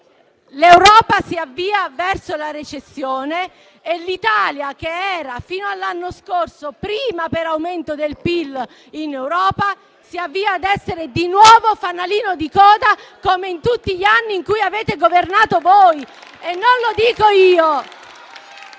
l'Europa si avvia verso la recessione. L'Italia, che fino all'anno scorso era prima per aumento del PIL in Europa, si avvia ad essere di nuovo fanalino di coda, come in tutti gli anni in cui avete governato voi. Non